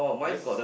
yes